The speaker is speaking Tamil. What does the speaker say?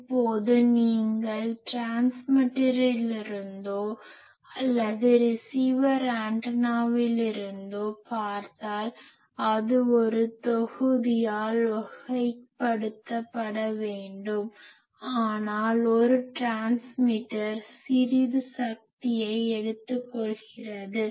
இப்போது நீங்கள் டிரான்ஸ்மிட்டரிலிருந்தோ அல்லது ரிசீவர் ஆண்டெனாவிலிருந்தோ பார்த்தால் அது ஒரு தொகுதியால் வகைப்படுத்தப்பட வேண்டும் ஆனால் ஒரு டிரான்ஸ்மிட்டர் சிறிது சக்தியை எடுத்துக்கொள்கிறது